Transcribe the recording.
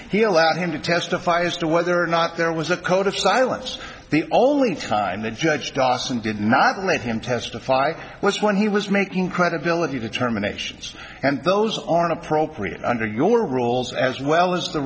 he allowed him to testify as to whether or not there was a code of silence the only time the judge dawson did not let him testify was when he was making credibility determinations and those aren't appropriate under your rules as well as the